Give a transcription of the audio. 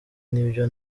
nibyo